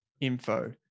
info